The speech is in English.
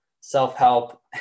self-help